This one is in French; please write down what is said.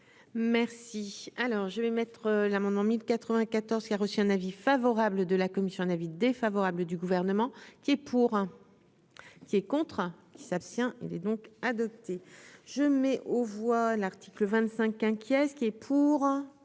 Merci, alors je vais mettre l'amendement 1094 qui a reçu un avis favorable de la commission, un avis défavorable du gouvernement. Qui est pour, qui est contre qui s'abstient, il est donc adopté je mets aux voix, l'article 25 inquiet, ce qui est pour